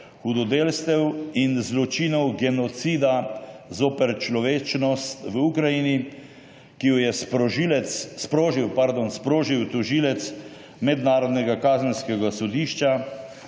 hudodelstev in zločinov genocida zoper človečnost v Ukrajini, ki jo je sprožil tožilec Mednarodnega kazenskega sodišča,